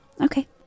Okay